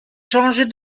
changer